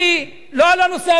לא על הנושא הביטחוני,